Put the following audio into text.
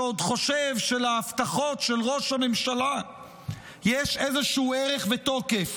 שעוד חושב שלהבטחות של ראש הממשלה יש איזשהו ערך ותוקף,